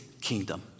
kingdom